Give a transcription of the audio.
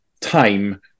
time